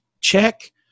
check